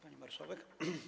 Pani Marszałek!